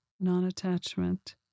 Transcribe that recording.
non-attachment